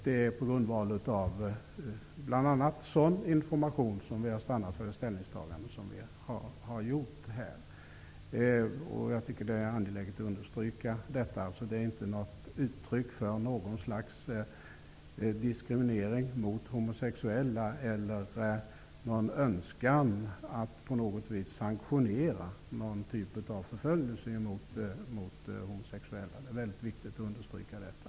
Det är på grundval av bl.a. sådan information som vi har stannat för det ställningstagande som vi gjort. Jag tycker att det är angeläget att understryka detta. Det är inte ett uttryck för något slags diskriminering av homosexuella eller någon önskan att på något vis sanktionera någon typ av förföljelse av homosexuella. Det är väldigt viktigt att understryka detta.